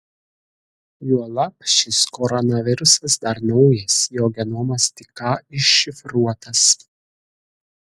juolab šis koronavirusas dar naujas jo genomas tik ką iššifruotas